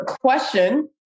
Question